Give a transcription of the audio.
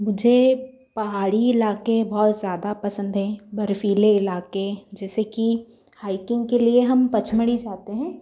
मुझे पहाड़ी इलाक़े बहुत ज़्यादा पसंद हैं बर्फ़ीले इलाक़े जैसे कि हाइकिंग के लिए हम पचमणी जाते हैं